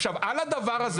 שים לב,